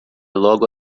logo